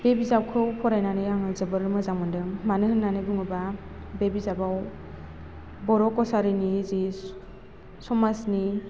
बे बिजाबखौ फरायनानै आङो जोबोद मोजां मोनदों मानो होन्नानै बुङोबा बे बिजाबाव बर' कचारिनि जि समाजनि